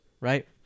right